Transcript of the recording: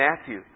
Matthew